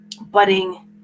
budding